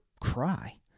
cry